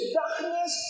darkness